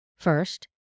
First